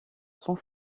sang